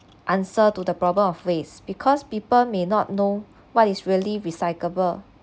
answer to the problem of waste because people may not know what is really recyclable